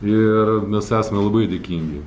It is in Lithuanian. ir mes esame labai dėkingi